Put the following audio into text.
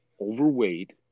overweight